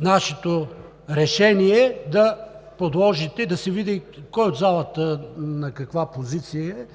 нашето решение, да го подложите и да се види кой от залата на каква позиция е,